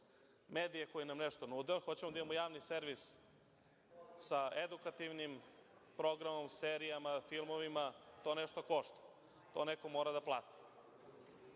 medije koji nam nešto nude, ako hoćemo da imamo javni servis sa edukativnim programom, serijama, filmovima, to nešto košta, to neko mora da